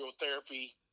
therapy